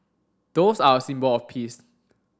doves are a symbol of peace